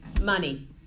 Money